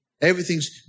Everything's